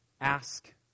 ask